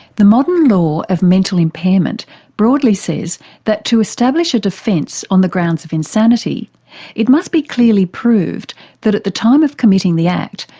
the modern law of mental impairment broadly says that to establish a defence on the grounds of insanity it must be clearly proved that at the time of committing the act,